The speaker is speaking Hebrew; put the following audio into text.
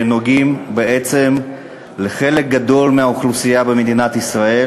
שנוגעים בעצם לחלק גדול מהאוכלוסייה במדינת ישראל.